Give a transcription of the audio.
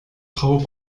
travaux